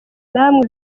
namwe